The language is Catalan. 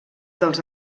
dels